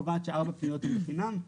קובעות שארבע פניות הן בחינם.